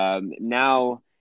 now –